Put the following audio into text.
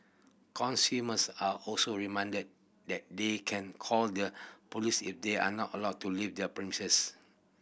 consumers are also reminded that they can call the police if they are not allowed to leave their princes